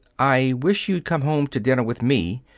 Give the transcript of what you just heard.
i wish you'd come home to dinner with me.